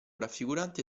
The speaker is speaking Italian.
raffigurante